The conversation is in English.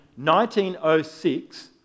1906